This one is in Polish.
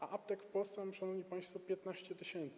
A aptek w Polsce mamy, szanowni państwo, 15 tys.